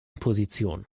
position